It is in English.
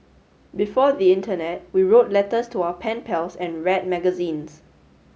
before the internet we wrote letters to our pen pals and read magazines